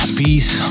peace